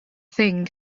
thing